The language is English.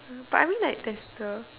hmm but I mean like there's the